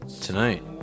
tonight